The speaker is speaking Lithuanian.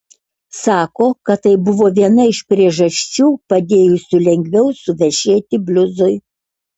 sako kad tai buvo viena iš priežasčių padėjusių lengviau suvešėti bliuzui